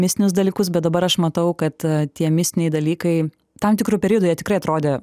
mistinius dalykus bet dabar aš matau kad tie mistiniai dalykai tam tikru periodu jie tikrai atrodė